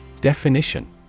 Definition